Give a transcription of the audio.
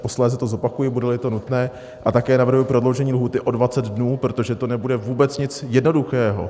Posléze to zopakuji, budeli to nutné, a také navrhuji prodloužení lhůty o 20 dnů, protože to nebude vůbec nic jednoduchého.